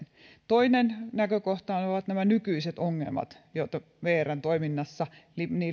toinen näkökohta ovat nykyiset ongelmat joita vrn toiminnassa niin